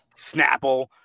Snapple